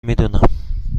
میدونم